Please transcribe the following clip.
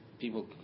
People